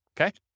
Okay